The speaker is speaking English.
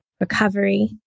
recovery